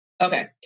Okay